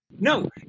No